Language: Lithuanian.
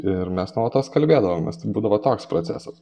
ir mes nuolatos kalbėdavomės tai būdavo toks procesas